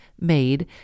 made